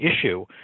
issue